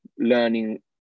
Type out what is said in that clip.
learning